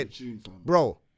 bro